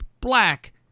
black